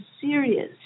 serious